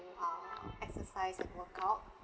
err exercise and workout